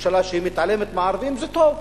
ממשלה שמתעלמת מערבים, זה טוב.